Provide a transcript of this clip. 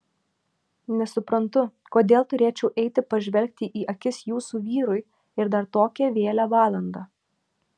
nesuprantu kodėl turėčiau eiti pažvelgti į akis jūsų vyrui ir dar tokią vėlią valandą